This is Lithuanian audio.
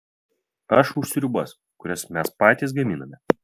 aš už sriubas kurias mes patys gaminame